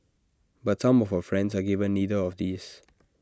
but some of her friends are given neither of these